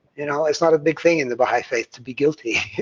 you know it's not a big thing in the baha'i faith to be guilty.